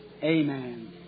Amen